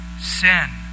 sin